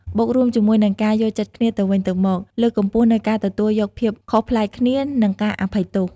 បូករួមជាមួយនិងការយល់ចិត្តគ្នាទៅវិញទៅមកលើកកម្ពស់នូវការទទួលយកភាពខុសប្លែកគ្នា និងការអភ័យទោស។